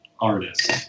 artist